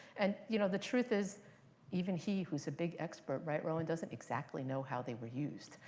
and you know the truth is even he who's a big expert right, rowan doesn't exactly know how they were used.